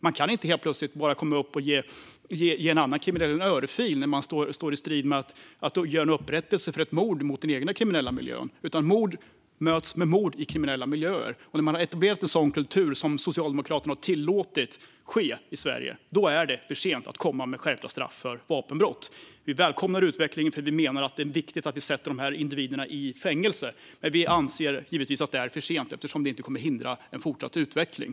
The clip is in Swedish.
Man kan inte plötsligt bara komma upp och ge en annan kriminell en örfil när man är i färd med en upprättelse för ett mord på någon i den egna kriminella miljön. Mord möts med mord i kriminella miljöer. När en sådan kultur har etablerats, vilket Socialdemokraterna har tillåtit ske i Sverige, är det för sent att komma med skärpta straff för vapenbrott. Vi välkomnar utvecklingen, för vi menar att det är viktigt att vi sätter de här individerna i fängelse. Men vi anser givetvis att det är för sent eftersom det inte kommer att hindra en fortsatt utveckling.